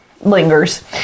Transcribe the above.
lingers